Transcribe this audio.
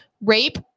rape